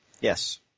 Yes